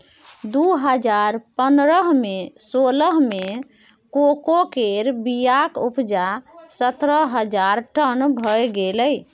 दु हजार पनरह सोलह मे कोको केर बीयाक उपजा सतरह हजार टन भए गेलै